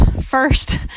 first